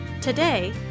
Today